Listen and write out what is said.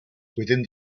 within